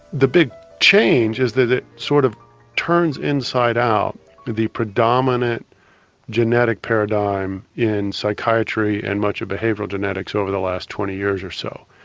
the big change is that it sort of turns inside out the the predominant genetic paradigm in psychiatry and much of behavioural genetics over the last twenty years or so.